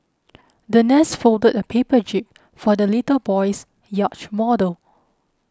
the nurse folded a paper jib for the little boy's yacht model